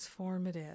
transformative